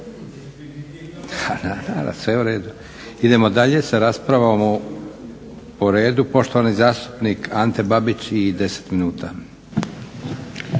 skromnosti. Idemo dalje sa raspravom po redu. Poštovani zastupnik Ante Babić i 10 minuta.